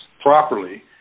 properly